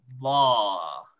law